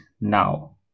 now